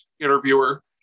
interviewer